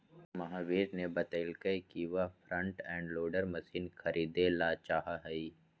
महावीरा ने बतल कई कि वह फ्रंट एंड लोडर मशीन खरीदेला चाहा हई